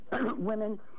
women